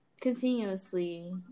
continuously